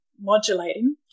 modulating